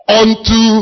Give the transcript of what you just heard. unto